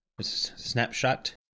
snapshot